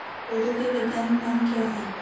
पौधों के वैज्ञानिक नाम क्या हैं?